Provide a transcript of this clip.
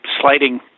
sliding